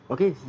Okay